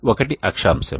ఒకటి అక్షాంశం